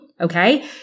Okay